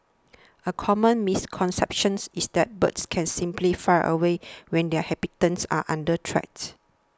a common misconception is that birds can simply fly away when their habitats are under threat